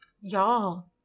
y'all